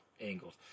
angles